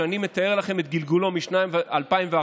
שאני מתאר לכם את גלגולו משנת 2014,